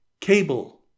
cable